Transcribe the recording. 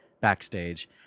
backstage